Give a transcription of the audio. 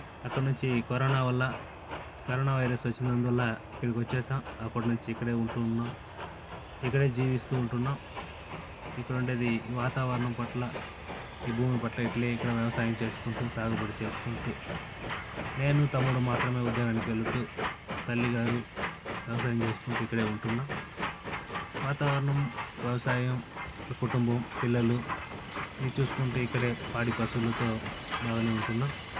అక్కడ నుంచి కరోనా వల్ల కరోనా వైరస్ వచ్చినందువల్ల ఇక్కడికి వచ్చేసిన్నాం అప్పటి నుంచి ఇక్కడే ఉంటు ఉన్నాం ఇక్కడే జీవిస్తు ఉంటున్నాం ఇక్కడ ఉండేది వాతావరణం పట్ల ఈ భూమి పట్ల ఇట్టే ఇక్కడ వ్యవసాయం చేసుకుంటు సాగబడి చేసుకుంటు నేను తమ్ముడు మాత్రమే ఉద్యోగానికి వెళ్తూ తల్లిగారు వ్యవసాయం చేసుకుంటు ఇక్కడే ఉంటున్నాం వాతావరణం వ్యవసాయం ఇట్లా కుటుంబం పిల్లలు ఇవి చూసుకుంటు ఇక్కడే పాడి పశువులతో బాగానే ఉంటున్నాం